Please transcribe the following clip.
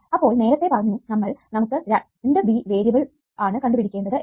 അപ്പോൾ നേരത്തെ നമ്മൾ പറഞ്ഞു നമുക്ക് 2B വേരിയബിൾ ആണ് കണ്ടുപിടിക്കേണ്ടത് എന്ന്